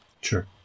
Sure